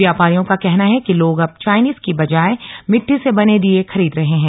व्यापारियों का कहना है कि लोग अब चाइनीज की बजाय मिट्टी से बने दीये खरीद रहे हैं